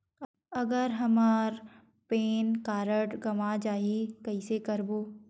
अगर हमर PAN card गवां जाही कइसे करबो?